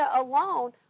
alone